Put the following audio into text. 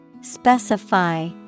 Specify